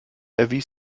erwies